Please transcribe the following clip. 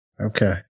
Okay